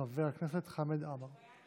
חבר הכנסת חמד עמאר.